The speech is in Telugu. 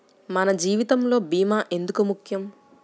మన జీవితములో భీమా ఎందుకు ముఖ్యం?